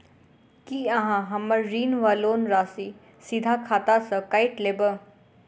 की अहाँ हम्मर ऋण वा लोन राशि सीधा खाता सँ काटि लेबऽ?